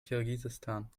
kirgisistan